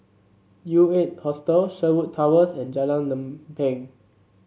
U Eight Hostel Sherwood Towers and Jalan Lempeng